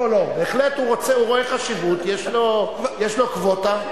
הוא רואה חשיבות, יש לו קווטה.